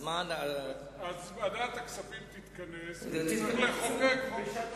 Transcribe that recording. אז ועדת הכספים תתכנס ותצטרך לחוקק חוק חדש.